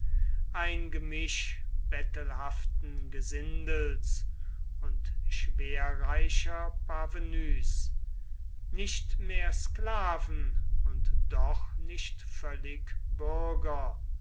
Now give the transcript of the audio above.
ein gemisch bettelhaften gesindels und schwerreicher parvenus nicht mehr sklaven und doch nicht völlig bürger